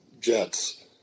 jets